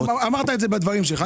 ערן, אמרת את זה בדברים שלך.